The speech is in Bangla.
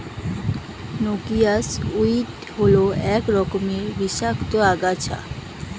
নক্সিয়াস উইড হল এক রকমের বিষাক্ত আগাছা